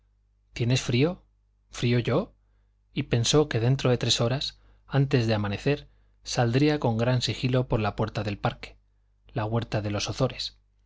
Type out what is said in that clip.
tienes frío frío yo y pensó que dentro de tres horas antes de amanecer saldría con gran sigilo por la puerta del parque la huerta de los